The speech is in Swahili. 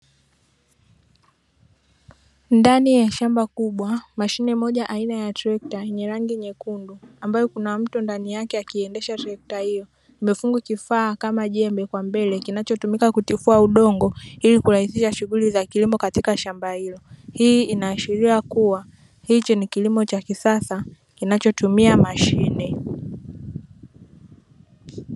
Ndani ya shamba kubwa mashine moja aina ya trekta yenye rangi nyekundu ambayo ina mtu ndani yake akiendesha trekta hiyo, imefungwa kifaa kwa mbele kama jembe kwa mbele kinachotumika kutifua udongo ili kurahisisha shughuli za kilimo za kilimo katika shamba hilo, hii ina ashiria kuwa hichi ni kilimo cha kisasa kinachotumia mashine.